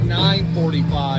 9.45